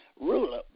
ruler